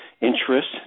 interest